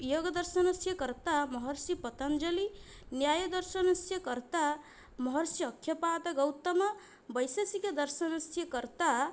योगदर्शनस्य कर्ता महर्षिपतञ्जलिः न्यायदर्शनस्य कर्ता महर्ष्यक्षपादः गौतमः वैशेषिकदर्शनस्य कर्ता